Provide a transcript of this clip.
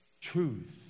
Truth